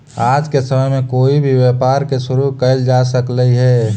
आज के समय में कोई भी व्यापार के शुरू कयल जा सकलई हे